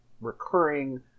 recurring